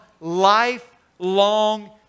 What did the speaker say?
lifelong